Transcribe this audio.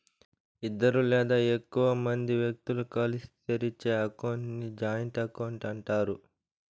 ఇద్దరు లేదా ఎక్కువ మంది వ్యక్తులు కలిసి తెరిచే అకౌంట్ ని జాయింట్ అకౌంట్ అంటారు